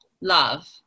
love